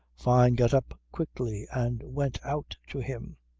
fyne got up quickly and went out to him.